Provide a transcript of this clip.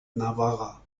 navarra